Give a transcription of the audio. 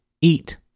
eat